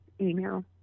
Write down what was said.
email